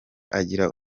agira